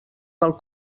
del